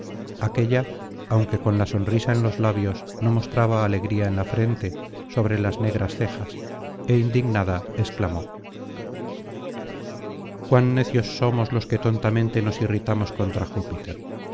aquélla aunque con la sonrisa en los labios no mostraba alegría en la frente sobre las negras cejas é indignada exclamó cuán necios somos los que tontamente nos irritamos contra júpiter